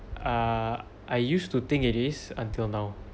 err I used to think it is until now